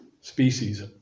species